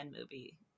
movie